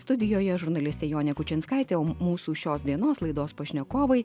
studijoje žurnalistė jonė kučinskaitė o mūsų šios dienos laidos pašnekovai